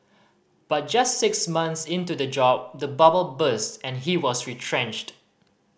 but just six months into the job the bubble burst and he was retrenched